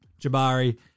Jabari